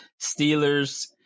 Steelers